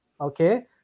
Okay